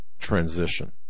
transition